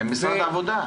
עם משרד העבודה.